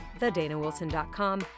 thedanawilson.com